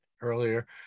earlier